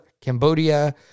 Cambodia